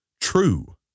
true